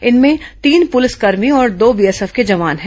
इनमें तीन पुलिसकर्मी और दो बीएसएफ के जवान हैं